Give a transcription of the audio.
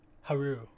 Haru